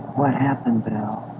what happened bill?